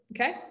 okay